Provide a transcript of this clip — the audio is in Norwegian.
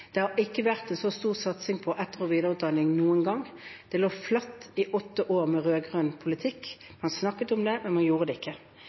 etter- og videreutdanning noen gang. Det lå flatt i åtte år med rød-grønn politikk. Man snakket om det, men man gjorde det ikke.